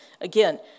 Again